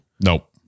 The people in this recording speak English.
Nope